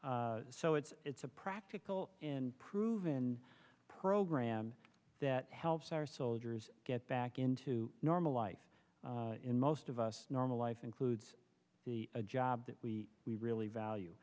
so it's it's a practical in proven program that helps our soldiers get back into normal life in most of us normal life includes the job that we we really value